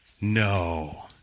No